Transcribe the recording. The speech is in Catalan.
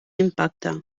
impacte